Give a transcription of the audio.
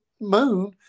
moon